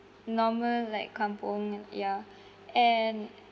normal like kampung ya and